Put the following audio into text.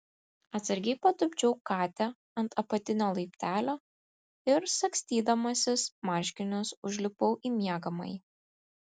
atsargiai patupdžiau katę ant apatinio laiptelio ir sagstydamasis marškinius užlipau į miegamąjį